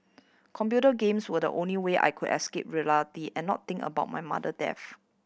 computer games were the only way I could escape reality and not think about my mother death